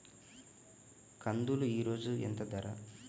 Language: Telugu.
కందులు ఈరోజు ఎంత ధర?